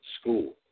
School